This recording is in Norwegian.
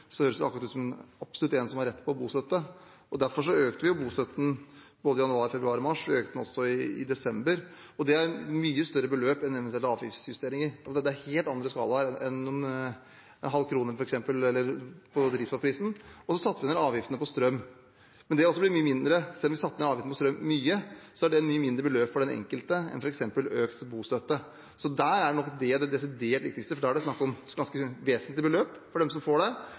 høres han akkurat ut som en som absolutt har rett på bostøtte. Derfor økte vi bostøtten i både januar, februar og mars, og vi økte den også i desember. Det er et mye større beløp enn eventuelle avgiftsjusteringer, og det er i en helt annen skala enn f.eks. en halv krone på drivstoffprisen. Vi satte også ned avgiftene på strøm, men også det blir mye mindre – selv om vi satte ned avgiftene på strøm mye, er det et mye mindre beløp for den enkelte enn f.eks. økt bostøtte. Så det er nok det desidert viktigste, for da er det snakk om ganske vesentlige beløp for dem som får det.